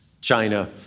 China